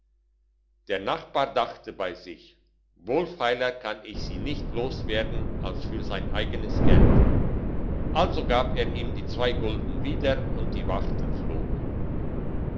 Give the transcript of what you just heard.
der nachbar dachte bei sich wohlfeiler kann ich sie nicht loswerden als für sein eigenes geld also gab er ihm die zwei gulden wieder und die wachtel flog